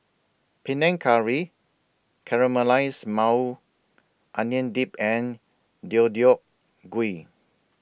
Panang Curry Caramelized Maui Onion Dip and Deodeok Gui